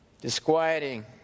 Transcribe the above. Disquieting